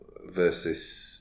versus